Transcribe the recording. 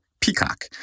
Peacock